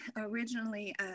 originally